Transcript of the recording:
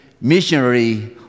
missionary